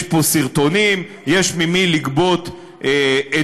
יש פה סרטונים, יש ממי לגבות עדויות.